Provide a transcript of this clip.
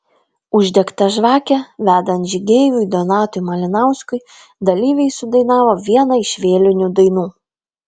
uždegta žvakė vedant žygeiviui donatui malinauskui dalyviai sudainavo vieną iš vėlinių dainų